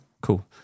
Cool